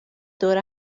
دور